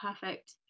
perfect